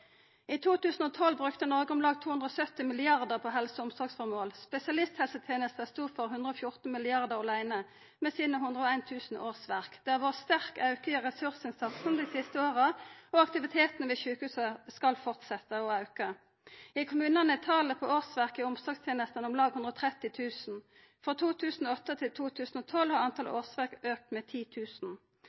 I 2012 brukte Noreg om lag 270 mrd. kr på helse- og omsorgsformål. Spesialisthelsetenesta stod for 114 mrd. kr åleine med sine 101 000 årsverk. Det har vore ein sterk auke i ressursinnsatsen dei siste åra, og aktiviteten ved sjukehusa skal fortsetja å auka. I kommunane er talet på årsverk i omsorgstenestene om lag 130 000. Frå 2008 til 2012 har talet på årsverk auka med